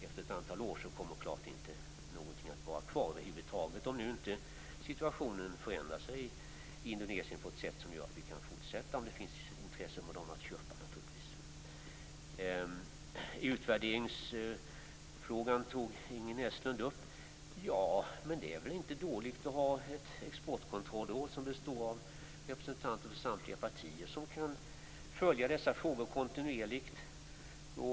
Efter ett antal år kommer ingenting över huvud taget att finnas kvar, om nu inte situationen i Indonesien förändras på ett sätt som gör att vi kan fortsätta exporten om de är intresserade av att köpa. Ingrid Näslund tog upp utvärderingsfrågan. Det är väl inte dåligt att ha ett exportkontrollråd bestående av representanter för samtliga partier, som kan följa dessa frågor kontinuerligt?